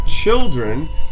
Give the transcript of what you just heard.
children